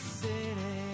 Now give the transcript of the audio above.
city